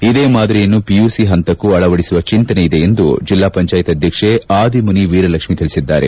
ಇದೇ ಮಾದರಿಯನ್ನು ಪಿಯುಸಿ ಪಂತಕ್ಕೂ ಅಳವಡಿಸುವ ಚಿಂತನೆ ಇದೆ ಎಂದು ಜಿಲ್ಲಾ ಪಂಚಾಯತ್ ಅಧ್ಯಕ್ಷೆ ಆದಿಮನಿ ವೀರಲಕ್ಷ್ಮಿ ತಿಳಿಸಿದ್ದಾರೆ